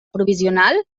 provisional